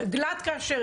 את הגלאט כשר,